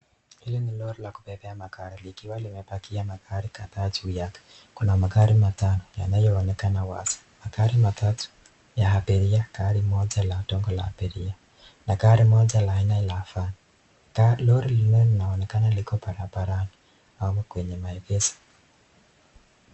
Hili ni lori la kubeba magari likiwa limepakia magari tofauti. Kuna magari matano yanayoonekana wazi. Kuna gari moja ndogo ya kubeba abiria. Lori hilo linaonekana iko barabarani au kwenye maegezo.